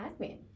admin